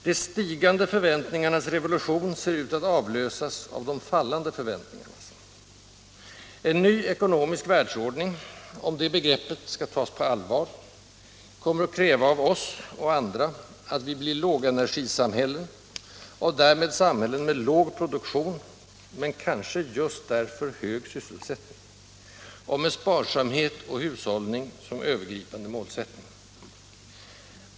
De ”stigande förväntningarnas revolution” ser ut att avlösas av ”de fallande förväntningarnas”. En ny ekonomisk världsordning — om det begreppet skall tas på allvar — kommer att kräva av oss, och andra, att vi skapar lågenergisamhällen, och därmed samhällen med låg produktion — men kanske just därför hög sysselsättning — och med sparsamhet och hushållning som övergripande målsättning.